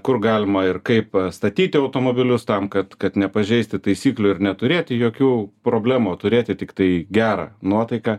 kur galima ir kaip statyti automobilius tam kad kad nepažeisti taisyklių ir neturėti jokių problemų turėti tiktai gerą nuotaiką